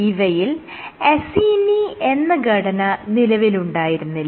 ഇവയിൽ അസീനി എന്ന ഘടന നിലവിലുണ്ടായിരുന്നില്ല